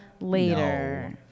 later